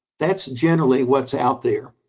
that's generally what's out there.